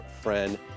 friend